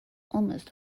almost